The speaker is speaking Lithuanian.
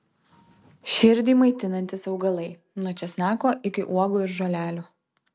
širdį maitinantys augalai nuo česnako iki uogų ir žolelių